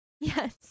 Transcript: Yes